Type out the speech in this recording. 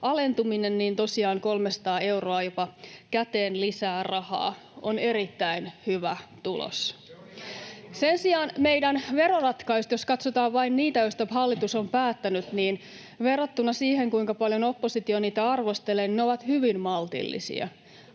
alentuminen, tosiaan jopa 300 euroa käteen lisää rahaa on erittäin hyvä tulos. Sen sijaan meidän veroratkaisumme, jos katsotaan vain niitä, joista hallitus on päättänyt, verrattuna siihen, kuinka paljon oppositio niitä arvostelee, ovat hyvin maltillisia.